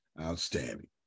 Outstanding